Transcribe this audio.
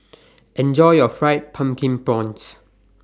Enjoy your Fried Pumpkin Prawns